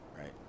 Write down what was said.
Right